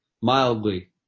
Mildly